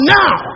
now